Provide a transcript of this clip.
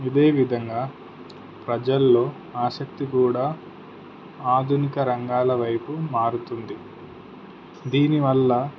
ఇదేవిధంగా ప్రజల్లో ఆసక్తి కూడా ఆధునిక రంగాల వైపు మారుతుంది దీనివల్ల